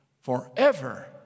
forever